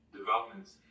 developments